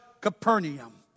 Capernaum